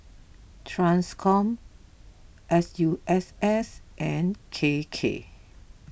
Transcom S U S S and K K